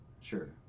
sure